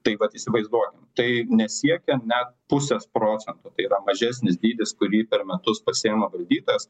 tai vat įsivaizduojam tai nesiekia net pusės procento tai yra mažesnis dydis kurį per metus pasiima valdytojas